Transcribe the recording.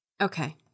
Okay